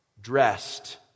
dressed